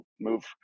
move